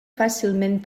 fàcilment